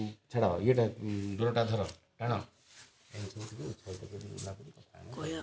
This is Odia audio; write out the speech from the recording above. ଏ ଛାଡ଼ ଇଏଟା ଡୋରଟା ଧର ଟାଣ ଏମିତି କଥା